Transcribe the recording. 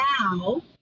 Now